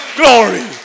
glory